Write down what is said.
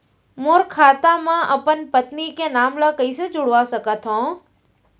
मोर खाता म अपन पत्नी के नाम ल कैसे जुड़वा सकत हो?